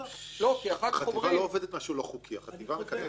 חוזר ואומר